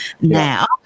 now